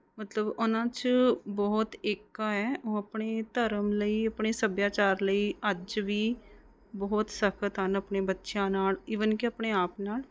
ਮਤਲਬ ਉਨ੍ਹਾਂ 'ਚ ਬਹੁਤ ਏਕਾ ਹੈ ਉਹ ਆਪਣੇ ਧਰਮ ਲਈ ਆਪਣੇ ਸੱਭਿਆਚਾਰ ਲਈ ਅੱਜ ਵੀ ਬਹੁਤ ਸਖ਼ਤ ਹਨ ਆਪਣੇ ਬੱਚਿਆਂ ਨਾਲ ਈਵਨ ਕਿ ਆਪਣੇ ਆਪ ਨਾਲ